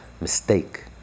mistake